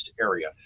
area